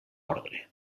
ordre